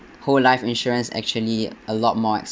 whole life insurance actually a lot more